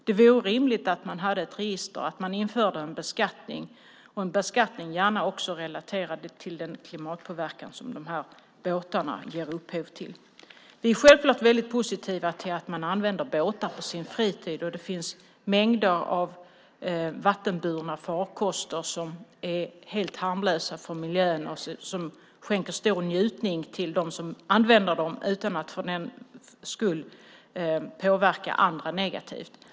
Det vore rimligt att man hade ett register och att man införde en beskattning, gärna en beskattning relaterad också till den klimatpåverkan som dessa båtar ger upphov till. Vi är självklart väldigt positiva till att man använder båtar på sin fritid, och det finns mängder av vattenburna farkoster som är helt harmlösa för miljön och som skänker stor njutning till dem som använder dem utan att de påverkar andra negativt.